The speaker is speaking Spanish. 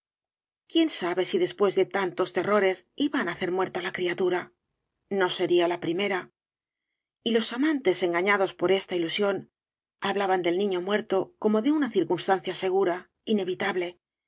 quién sabe si después de tantos terrores iba á nacer muerta la criatura no sería la primera y los amantes engañados por esta ilusión hablaban del nifio muerto como de una circunstancia segura inevitable